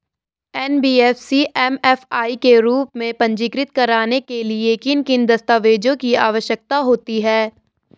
NBFC MFI के रूप में पंजीकृत कराने के लिए किन किन दस्तावेज़ों की आवश्यकता होती है?